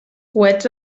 coets